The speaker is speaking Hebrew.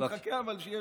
יש שקט.